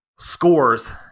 scores